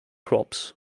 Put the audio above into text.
crops